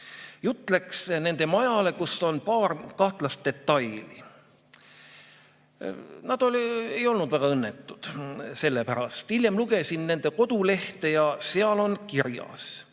Jutt läks nende majale, kus on paar kahtlast detaili. Nad ei olnud selle pärast väga õnnetud. Hiljem lugesin nende kodulehte ja seal on kirjas: